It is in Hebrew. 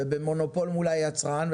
בתיאום ובמונופול מול היצרן,